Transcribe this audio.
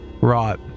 Right